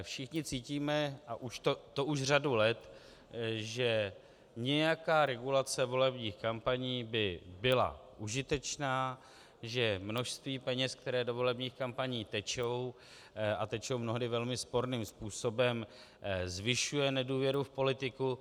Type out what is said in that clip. Všichni cítíme, a to už řadu let, že nějaká regulace volebních kampaní by byla užitečná, že množství peněz, které do volebních kampaní tečou, a tečou mnohdy velmi sporným způsobem, zvyšuje nedůvěru v politiku.